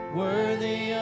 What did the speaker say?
worthy